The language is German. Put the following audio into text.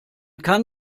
kann